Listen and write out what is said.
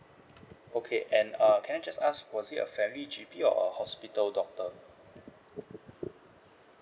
okay and uh can I just ask was it a family G_P or a hospital doctor